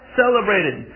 celebrated